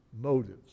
motives